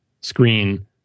screen